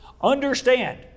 understand